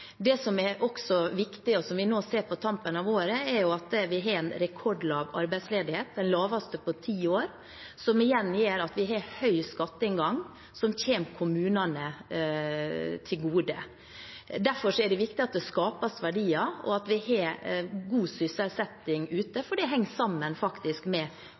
regjeringen. Det som også er viktig, og som vi nå ser på tampen av året, er at vi har en rekordlav arbeidsledighet – den laveste på ti år – som igjen gjør at vi har høy skatteinngang, som kommer kommunene til gode. Derfor er det viktig at det skapes verdier, og at vi har god sysselsetting ute, for det henger faktisk sammen med